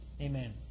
Amen